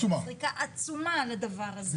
עצומה לדבר הזה.